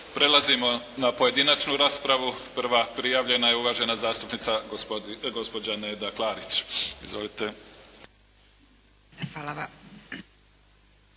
Prelazimo na pojedinačnu raspravu. Prva prijavljena je uvažena zastupnica gospođa Neda Klarić. Izvolite. **Klarić,